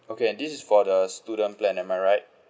okay and this is for the student plan am I right